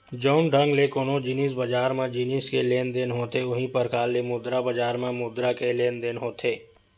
जउन ढंग ले कोनो जिनिस बजार म जिनिस के लेन देन होथे उहीं परकार ले मुद्रा बजार म मुद्रा के लेन देन होथे